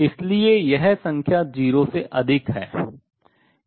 इसलिए यह संख्या 0 से अधिक है